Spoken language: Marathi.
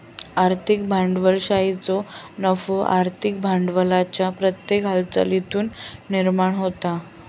आर्थिक भांडवलशाहीचो नफो आर्थिक भांडवलाच्या प्रत्येक हालचालीतुन निर्माण होता